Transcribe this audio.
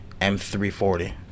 M340